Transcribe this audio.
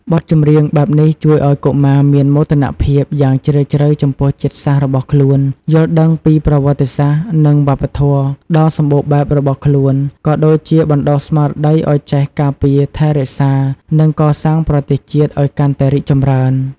បទចម្រៀងបែបនេះជួយឲ្យកុមារមាន មោទនភាព យ៉ាងជ្រាលជ្រៅចំពោះជាតិសាសន៍របស់ខ្លួន យល់ដឹងពី ប្រវត្តិសាស្រ្ត និងវប្បធម៌ ដ៏សម្បូរបែបរបស់ខ្លួន ក៏ដូចជាបណ្ដុះស្មារតីឲ្យចេះ ការពារ រក្សា និង កសាងប្រទេសជាតិ ឲ្យកាន់តែរីកចម្រើន។